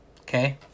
okay